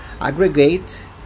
aggregate